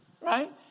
Right